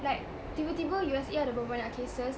like tiba tiba U_S_A ada berapa banyak cases